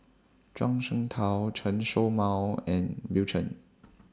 Zhuang Shengtao Chen Show Mao and Bill Chen